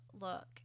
look